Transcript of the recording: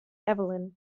evelyn